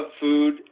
food